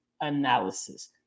analysis